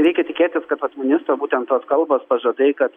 reikia tikėtis kad vat ministro būtent tos kalbos pažadai kad